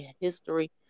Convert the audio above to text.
history